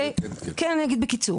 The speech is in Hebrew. אני אגיד בקיצור.